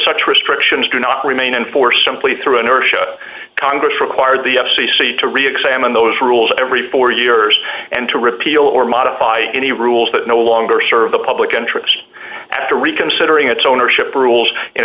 such restrictions do not remain in force simply through inertia congress required the f c c to re examine those rules every four years and to repeal or modify any rules that no longer serve the public interest after reconsidering its ownership rules in